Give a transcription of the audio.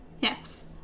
Yes